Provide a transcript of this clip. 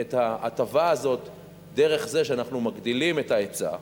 את ההטבה הזאת דרך זה שאנחנו מגדילים את ההיצע,